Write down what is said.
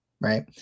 right